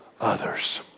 others